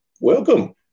welcome